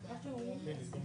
אני רוצה להוסיף,